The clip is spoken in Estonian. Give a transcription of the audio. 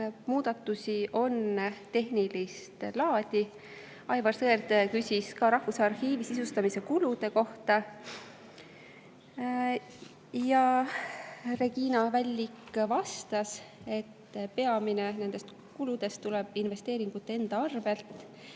muudatusi on tehnilist laadi. Aivar Sõerd küsis Rahvusarhiivi sisustamise kulude kohta. Regina Vällik vastas, et peamine [osa] nendest kuludest tuleb investeeringute arvelt